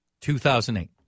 2008